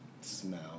smell